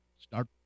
start